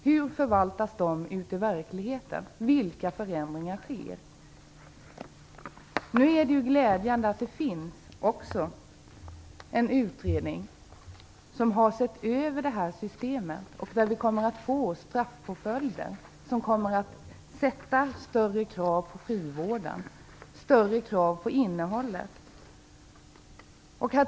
Hur förvaltas de ute i verkligheten? Vilka förändringar sker? Det är glädjande att det också finns en utredning som sett över systemet. Vi kommer att få straffpåföljder som ställer större krav på frivården och på innehållet.